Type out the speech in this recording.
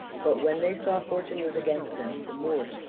but when they saw fortune was against them the moors,